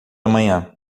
amanhã